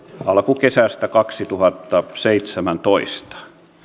alkukesästä kaksituhattaseitsemäntoista